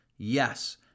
Yes